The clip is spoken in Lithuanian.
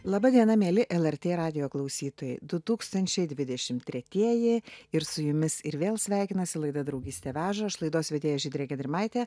laba diena mieli lrt radijo klausytojai du tūkstančiai dvidešimt tretieji ir su jumis ir vėl sveikinasi laida draugystė veža aš laidos vedėja žydrė gedrimaitė